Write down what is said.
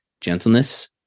gentleness